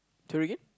sorry again